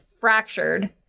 fractured